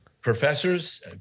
professors